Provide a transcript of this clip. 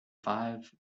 five